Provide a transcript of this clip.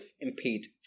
impede